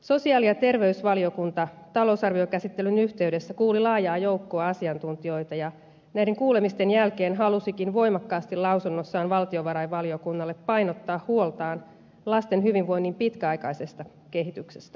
sosiaali ja terveysvaliokunta talousarviokäsittelyn yhteydessä kuuli laajaa joukkoa asiantuntijoita ja näiden kuulemisten jälkeen halusikin voimakkaasti lausunnossaan valtiovarainvaliokunnalle painottaa huoltaan lasten hyvinvoinnin pitkäaikaisesta kehityksestä